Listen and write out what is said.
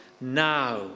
now